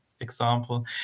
example